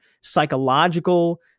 psychological